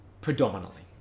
predominantly